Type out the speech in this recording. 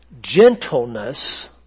gentleness